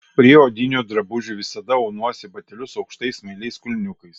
prie odinių drabužių visada aunuosi batelius aukštais smailiais kulniukais